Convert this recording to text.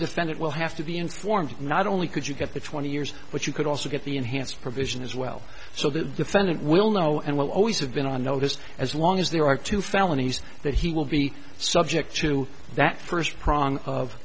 defendant will have to be informed not only could you get the twenty years but you could also get the enhanced provision as well so the defendant will know and will always have been on notice as long as there are two felonies that he will be subject to that first prong of